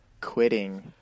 quitting